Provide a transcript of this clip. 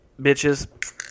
bitches